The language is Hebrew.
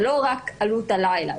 זה לא רק עלות הלילה,